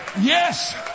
Yes